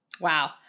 Wow